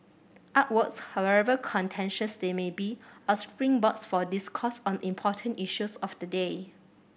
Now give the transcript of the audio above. artworks however contentious they may be are springboards for discourse on important issues of the day